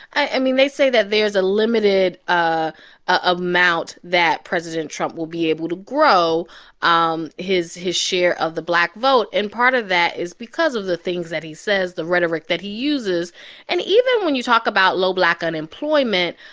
i mean, they say that there's a limited ah amount that president trump will be able to grow um his his share of the black vote, and part of that is because of the things that he says, the rhetoric that he uses and even when you talk about low black unemployment,